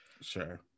Sure